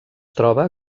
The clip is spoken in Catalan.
troba